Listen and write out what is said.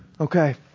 okay